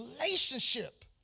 relationship